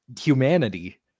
humanity